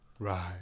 Right